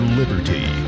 liberty